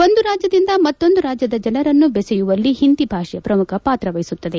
ಒಂದು ರಾಜ್ಯದಿಂದ ಮತ್ತೊಂದು ರಾಜ್ಯದ ಜನರನ್ನು ಬೆಸೆಯುವಲ್ಲ ಹಿಂದಿ ಭಾಷೆ ಪ್ರಮುಖ ಪಾತ್ರವಹಿಸುತ್ತದೆ